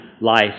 life